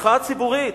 מחאה ציבורית,